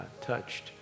touched